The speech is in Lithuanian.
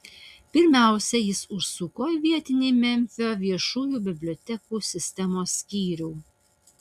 pirmiausia jis užsuko į vietinį memfio viešųjų bibliotekų sistemos skyrių